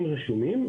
רשומים.